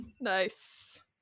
nice